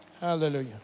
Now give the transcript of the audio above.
Hallelujah